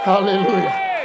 Hallelujah